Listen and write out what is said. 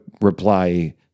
reply